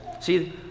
See